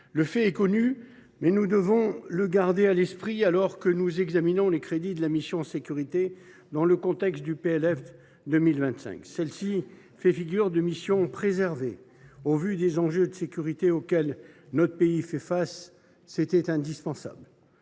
Le fait est connu, mais nous devons le garder à l’esprit alors que nous examinons les crédits de la mission « Sécurités ». Dans le contexte du PLF pour 2025, celle ci fait figure de mission préservée. Au vu des enjeux de sécurité auxquels notre pays fait face, c’était indispensable.